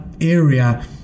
area